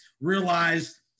realize